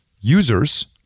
users